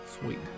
sweet